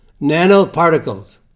nanoparticles